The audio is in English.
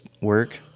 work